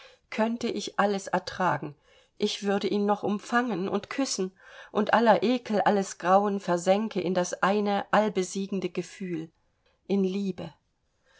könnte ich alles ertragen ich würde ihn noch umfangen und küssen und aller ekel alles grauen versänke in das eine allbesiegende gefühl in liebe